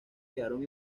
quedaron